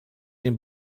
den